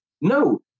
No